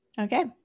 Okay